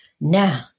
Now